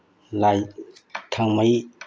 ꯂꯥꯏ ꯊꯥꯎꯃꯩ